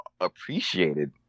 appreciated